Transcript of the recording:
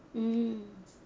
mm